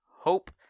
hope